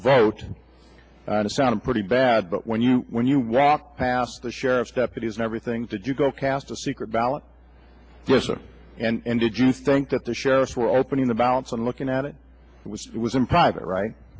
vote and it sounded pretty bad but when you when you walk past the sheriff's deputies and everything that you go cast a secret ballot system and did you think that the sheriffs were opening the balance and looking at it was it was in private right